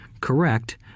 correct